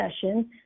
session